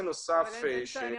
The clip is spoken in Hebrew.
אני רק אגיד ששאלת